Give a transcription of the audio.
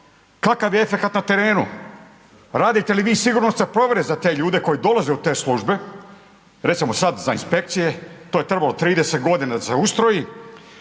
kakav je efekat na terenu, radite li vi sigurnosne provjere za te ljude koji dolaze u te službe, recimo sad za inspekcije, to je trebalo 30 godina da se ustroji.